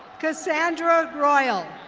cassandra groyle.